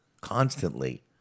constantly